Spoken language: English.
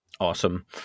Awesome